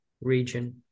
region